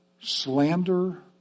slander